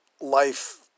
life